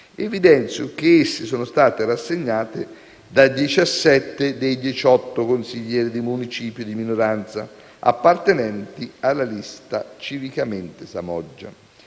evidenzio che esse sono state rassegnate da 17 dei 18 consiglieri di municipio di minoranza, appartenenti alla Lista Civicamente Samoggia.